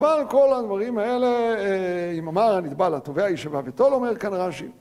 נדבר על כל הדברים האלה, אם אמר הנתבע לתובע הישבה וטול אומר כאן רש"י